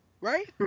right